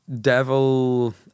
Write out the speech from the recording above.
devil